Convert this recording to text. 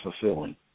fulfilling